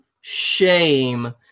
shame